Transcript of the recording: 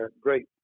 great